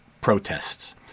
protests